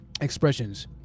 expressions